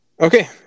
okay